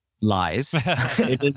Lies